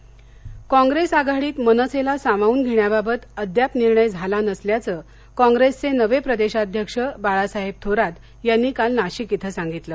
थोरात नाशिक काँग्रेस आघाडीत मनसेला सामावून घेण्याबाबत अद्याप निर्णय झाला नसल्याचं काँग्रेसचे नवे प्रदेशाध्यक्ष बाळासाहेब थोरात यांनी काल नाशिक इथं सांगितलं